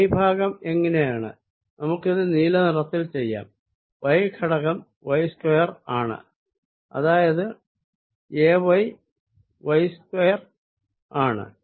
y ഭാഗം എങ്ങിനെയാണ് നമുക്കിത് നീലനിറത്തിൽ ചെയ്യാം y ഘടകം y സ്ക്വയർ ആണ് അതായത് A y y സ്ക്വയർ ആണ്